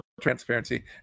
transparency